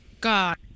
God